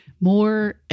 More